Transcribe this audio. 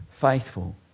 faithful